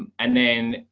um and then,